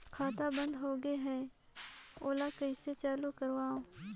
खाता बन्द होगे है ओला कइसे चालू करवाओ?